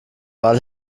ball